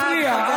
אל תפריע.